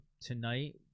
tonight